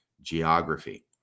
geography